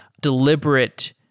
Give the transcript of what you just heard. deliberate